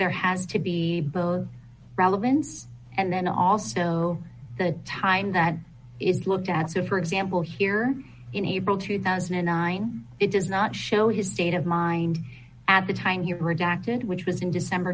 there has to be relevance and then also the time that is looked at so for example here in april two thousand and nine it does not show his state of mind at the time he redacted which was in december